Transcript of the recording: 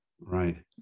right